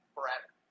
Forever